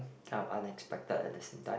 kind of unexpected at the same time